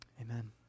Amen